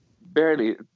barely